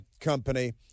company –